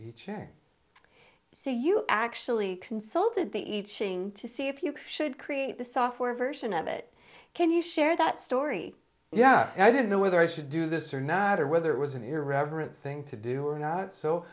so you actually consulted the iching to see if you should create the software version of it can you share that story yeah i didn't know whether i should do this or not or whether it was an irreverent thing to do or not so